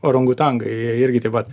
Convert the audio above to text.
orangutangai jie irgi taip pat